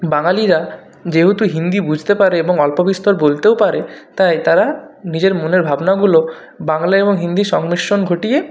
বাঙালিরা যেহেতু হিন্দি বুঝতে পারে এবং অল্পবিস্তর বলতেও পারে তাই তারা নিজের মনের ভাবনাগুলো বাংলা এবং হিন্দির সংমিশ্রণ ঘটিয়ে